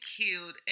killed